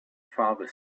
father